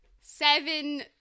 seven